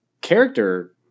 character